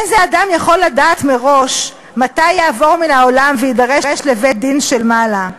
איזה אדם יכול לדעת מראש מתי יעבור מן העולם ויידרש לבית-דין של מעלה?